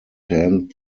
hand